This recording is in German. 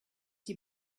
die